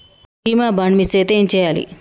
బీమా bond miss అయితే ఏం చేయాలి?